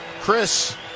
Chris